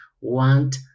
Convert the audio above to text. want